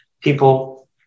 People